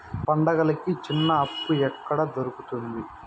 పండుగలకి చిన్న అప్పు ఎక్కడ దొరుకుతుంది